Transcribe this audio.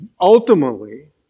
Ultimately